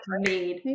made